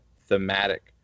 thematic